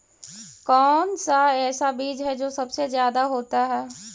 कौन सा ऐसा बीज है जो सबसे ज्यादा होता है?